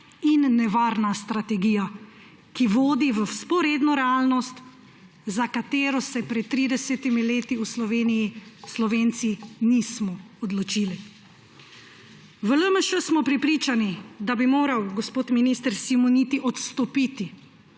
in nevarna strategija, ki vodi v vzporedno realnost, za katero se pred 30-imi leti v Sloveniji Slovenci nismo odločili. V LMŠ smo prepričani, da bi moral gospod minister Simoniti odstopiti,